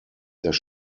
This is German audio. dass